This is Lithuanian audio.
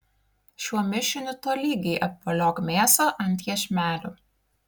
šiuo mišiniu tolygiai apvoliok mėsą ant iešmelių